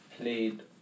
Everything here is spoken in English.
played